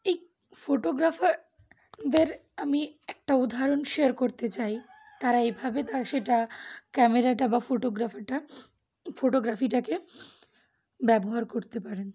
এই ফটোগ্রাফারদের আমি একটা উদাহরণ শেয়ার করতে চাই তারা এইভাবে তা সেটা ক্যামেরাটা বা ফটোগ্রাফারটা ফটোগ্রাফিটাকে ব্যবহার করতে পারেন